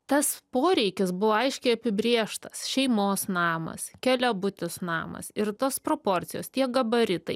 tas poreikis buvo aiškiai apibrėžtas šeimos namas keliabutis namas ir tos proporcijos tie gabaritai